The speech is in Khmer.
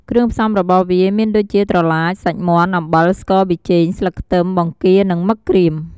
គ្រឿងផ្សំរបស់វាមានដូចជា ត្រឡាច សាច់មាន់ អំបិល ស្ករ ប៊ីចេង ស្លឹកខ្ទឹម បង្គារនិងមឹកក្រៀម។